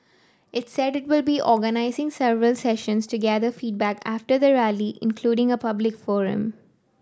it said it will be organising several sessions to gather feedback after the Rally including a public forum